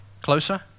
Closer